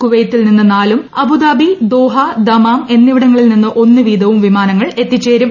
കുവൈത്തിൽ നിന്ന് നാലും അബുദാബി ദോഹ ദമാം എന്നിവിടങ്ങളിൽ നിന്ന് ഒന്ന് വീതവും വിമാനങ്ങൾ എത്തിച്ചേരും